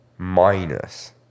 minus